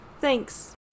Thanks